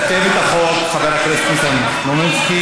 יסכם את החוק חבר הכנסת ניסן סלומינסקי,